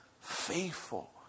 faithful